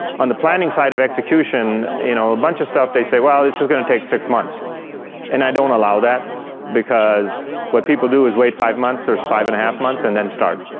on the planning side of execution, you know, a bunch of stuff they say, well, this is going to take six months and i don't allow that because what people do is wait five months, there's five and a half months, and then start.